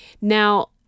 now